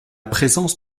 présence